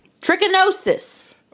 Trichinosis